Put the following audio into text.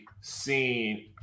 seen